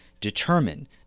determine